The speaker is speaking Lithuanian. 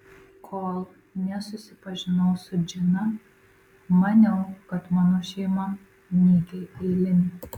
kol nesusipažinau su džina maniau kad mano šeima nykiai eilinė